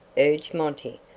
urged monty.